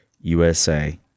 USA